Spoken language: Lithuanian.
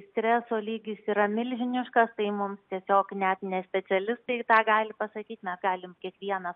streso lygis yra milžiniškas tai mums tiesiog net ne specialistai tą gali pasakyti mes galim kiekvienas